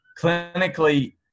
clinically